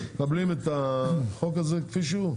עכשיו אתם מקבלים את החוק הזה כפי שהוא?